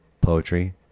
poetry